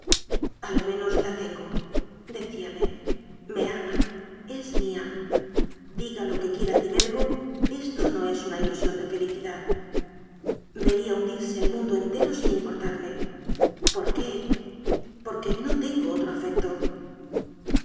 lo menos la tengodecíame me ama es mía diga lo que quiera tibergo esto no es una ilusión de felicidad vería hundirse el mundo entero sin importarme por qué porque no tengo otro afecto